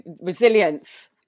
resilience